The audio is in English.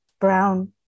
brown